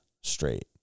straight